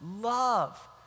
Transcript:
Love